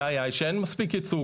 הבעיה היא שאין מספיק ייצוג.